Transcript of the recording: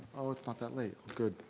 oh, it's not that late, good.